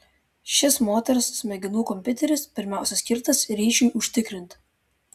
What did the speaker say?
šis moters smegenų kompiuteris pirmiausia skirtas ryšiui užtikrinti